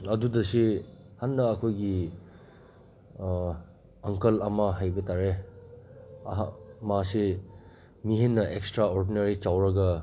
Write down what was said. ꯑꯗꯨꯗ ꯁꯤ ꯍꯟꯗꯛ ꯑꯩꯈꯣꯏꯒꯤ ꯑꯪꯀꯜ ꯑꯃ ꯍꯥꯏꯕꯇꯥꯔꯦ ꯃꯥꯁꯤ ꯃꯤꯅ ꯑꯦꯛꯁꯇ꯭ꯔꯥ ꯑꯣꯔꯗꯅꯔꯤ ꯇꯧꯔꯒ